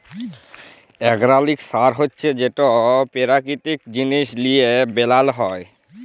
organic সার হছে যেট পেরাকিতিক জিনিস লিঁয়ে বেলাল হ্যয়